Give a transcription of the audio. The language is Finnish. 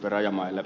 rajamäelle